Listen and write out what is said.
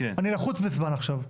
אני לחוץ בזמן עכשיו.